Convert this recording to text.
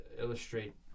illustrate